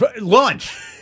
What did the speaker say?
Lunch